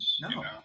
No